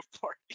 Party